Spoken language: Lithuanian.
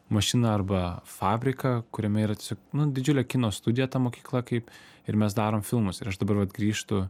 mašiną arba fabriką kuriame yra tiesiog nu didžiulė kino studija ta mokykla kaip ir mes darom filmus ir aš dabar vat grįžtu